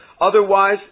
otherwise